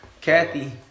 Kathy